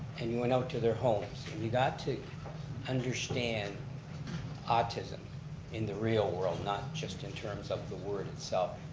and you went out to their homes. and you got to understand autism in the real world, not just in terms of the word itself.